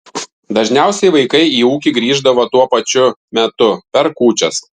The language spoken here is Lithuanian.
dažniausiai vaikai į ūkį grįždavo tuo pačiu metu per kūčias